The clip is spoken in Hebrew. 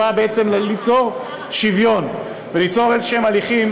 באה בעצם ליצור שוויון וליצור הליכים